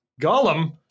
Gollum